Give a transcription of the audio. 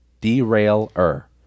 Derailer